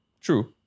True